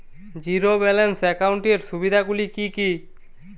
Zero balance একাউন্টের সুবিধা গুলি কি কি?